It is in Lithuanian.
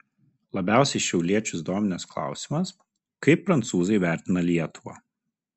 labiausiai šiauliečius dominęs klausimas kaip prancūzai vertina lietuvą